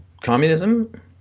communism